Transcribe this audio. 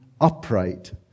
upright